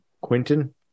Quinton